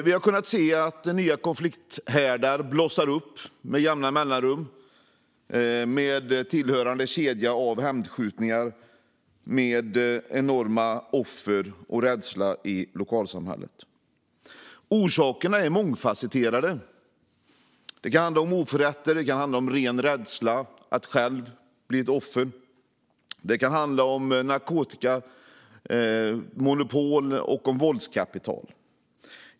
Vi har kunnat se att nya konflikthärdar blossar upp med jämna mellanrum med tillhörande kedja av hämndskjutningar med ett enormt antal offer och rädsla i lokalsamhället. Orsakerna är mångfasetterade. Det kan handla om oförrätter eller ren rädsla att själv bli ett offer. Det kan handla om narkotikamonopol och våldskapital.